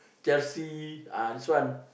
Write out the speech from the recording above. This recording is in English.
Chelsea ah this one